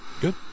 Good